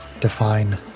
define